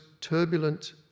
turbulent